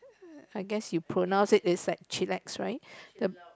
I guess you pronounce it is like chillax right the